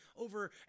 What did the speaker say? over